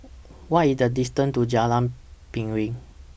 What IS The distance to Jalan Piring